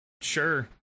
sure